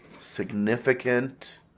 significant